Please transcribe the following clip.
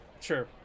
Sure